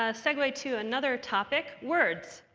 ah segue to another topic, words.